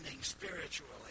spiritually